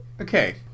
Okay